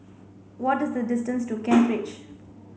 what is the distance to Kent Ridge